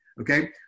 Okay